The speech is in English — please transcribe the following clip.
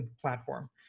platform